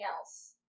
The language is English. else